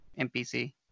NPC